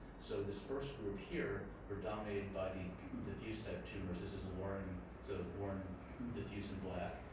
so this first group here were dominated by the diffused type tumors. this is a warm and so warm diffused in black.